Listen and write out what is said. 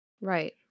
Right